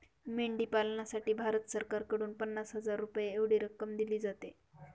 मेंढी पालनासाठी भारत सरकारकडून पन्नास हजार रुपये एवढी रक्कम दिली जाते